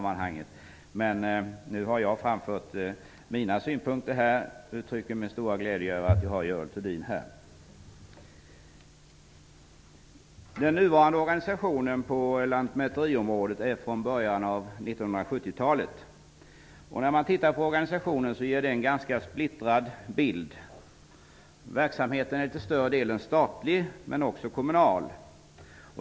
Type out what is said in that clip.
Men nu har jag framfört mina synpunkter. Jag uttrycker min stora glädje över att vi har Görel Thurdin här. Den nuvarande organisationen på lantmäteriområdet är från början av 1970-talet. Om man tittar på organisationen ser man en ganska splittrad bild. Verksamheten är till större delen statlig men också kommunal.